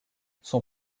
son